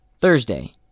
Thursday